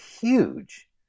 huge